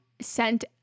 sent